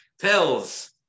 tells